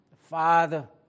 Father